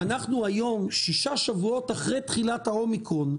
ואנחנו היום, שישה שבועות אחרי תחילת האומיקרון,